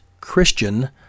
Christian